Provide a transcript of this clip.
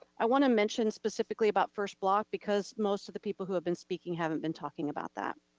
i wanna mention specifically about first block, because most of the people who have been speaking, haven't been talking about that.